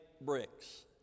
bricks